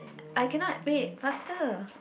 I cannot wait faster